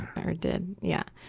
or did, yeah.